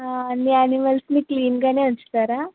అన్ని యానిమల్స్ని క్లీన్గానే ఉంచుతారా